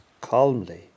calmly